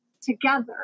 together